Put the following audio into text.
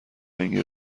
رنگ